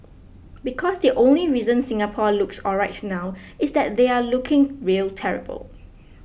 because the only reason Singapore looks alright now is that they are looking real terrible